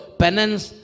penance